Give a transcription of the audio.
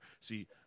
See